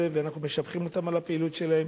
ואנחנו משבחים אותה על הפעילות שלה.